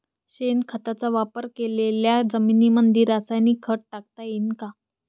शेणखताचा वापर केलेल्या जमीनीमंदी रासायनिक खत टाकता येईन का?